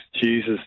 Jesus